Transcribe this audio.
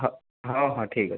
ହଁ ହଁ ହଁ ଠିକ୍ ଅଛି